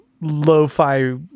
lo-fi